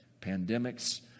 Pandemics